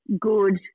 good